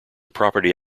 property